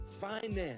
finance